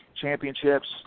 championships